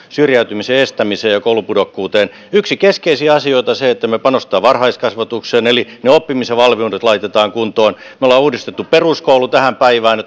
syrjäytymisen estämiseen ja koulupudokkuuteen yksi keskeisiä asioita on se että me panostamme varhaiskasvatukseen eli ne oppimisvalmiudet laitetaan kuntoon me olemme uudistaneet peruskoulun tähän päivään